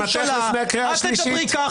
ואז את תצאי בקריאה השלישית.